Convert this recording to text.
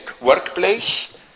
workplace